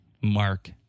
Mark